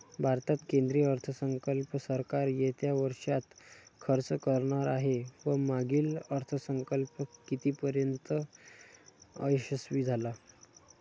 भारतात केंद्रीय अर्थसंकल्प सरकार येत्या वर्षात खर्च करणार आहे व मागील अर्थसंकल्प कितीपर्तयंत यशस्वी झाला